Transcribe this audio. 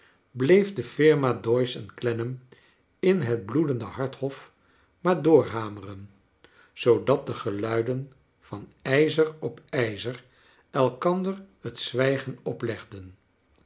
bleef de firma doyce en clennam in het blcedende hart hof maar doorhameren zoodat de geluiden van ijzer op ijzer elkander het zwijgen oplegden